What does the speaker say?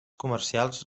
comercials